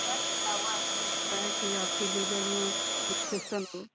हो सकता है की आपके लीवर में इन्फेक्शन हो